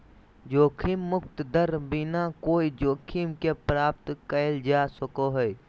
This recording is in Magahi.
जोखिम मुक्त दर बिना कोय जोखिम के प्राप्त कइल जा सको हइ